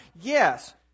Yes